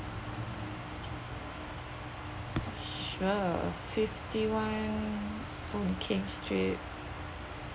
sure fifty one orchid street